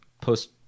Post